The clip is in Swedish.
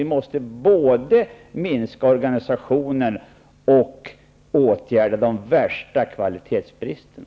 Vi måste både minska organisationen och åtgärda de värsta kvalitetsbristerna.